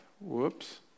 Whoops